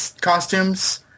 costumes